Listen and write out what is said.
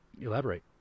Elaborate